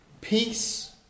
peace